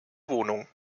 wohnung